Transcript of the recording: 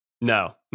No